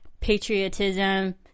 patriotism